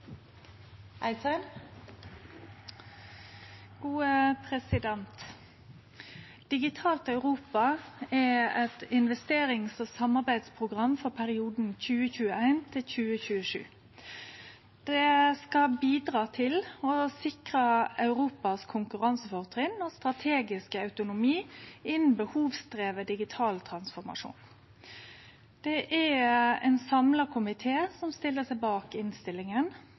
eit investerings- og samarbeidsprogram for perioden 2021–2027. Det skal bidra til å sikre Europas konkurransefortrinn og strategiske autonomi innan behovsdriven digital transformasjon. Det er ein samla komité som stiller seg bak innstillinga.